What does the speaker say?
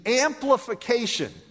amplification